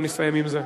אין מתנגדים,